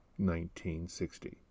1960